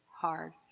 hard